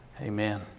Amen